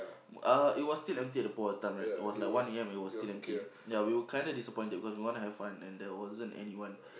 uh it was still empty at the point of time right it was like one A_M and it was still empty ya we were kind of disappointed because we want to have fun and there wasn't anyone